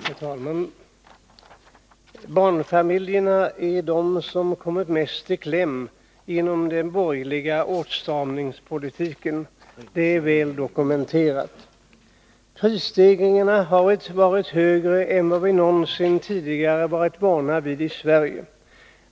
Herr talman! Barnfamiljerna är de som har kommit mest i kläm på grund av den borgerliga åtstramningspolitiken, det är väl dokumenterat. Prisstegringarna har varit högre än vad vi tidigare varit vana vid i Sverige.